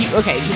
okay